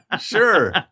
Sure